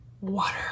water